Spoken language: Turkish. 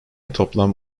toplam